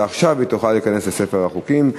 ועכשיו היא תוכל להיכנס לספר החוקים.